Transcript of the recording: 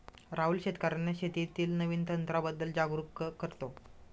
राहुल शेतकर्यांना शेतीतील नवीन तंत्रांबद्दल जागरूक करतो